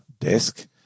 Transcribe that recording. desk